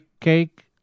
cake